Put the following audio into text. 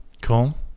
Cool